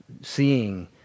seeing